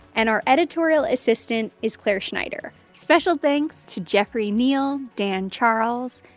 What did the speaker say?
and our editorial assistant is clare schneider. special thanks to jeffrey neal, dan charles,